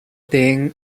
being